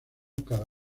cada